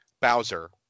Bowser